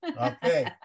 Okay